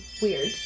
weird